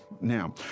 Now